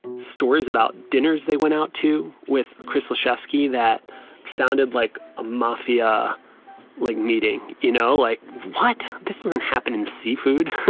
stories about dinners they went out to with chris olszewski. that sounded like a mafia like meeting, you know. like what? this doesn't happen in seafood